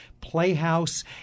Playhouse